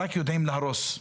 אלא רק יודעים להרוס.